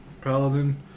paladin